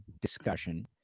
discussion